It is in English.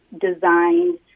designed